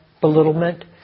belittlement